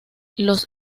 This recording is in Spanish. los